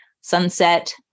sunset